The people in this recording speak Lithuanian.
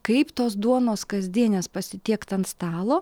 kaip tos duonos kasdienės pasitiekt ant stalo